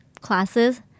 classes